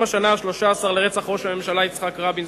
השנה ה-14 לרצח ראש הממשלה יצחק רבין,